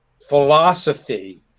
philosophy